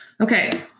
Okay